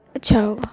اچھا ہوگا